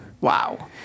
Wow